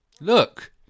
Look